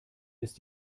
ist